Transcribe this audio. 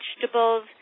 vegetables